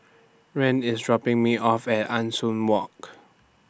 Rand IS dropping Me off At Ah Soo Walk